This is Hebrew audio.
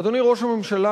אדוני ראש הממשלה,